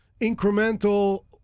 incremental